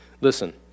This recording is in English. Listen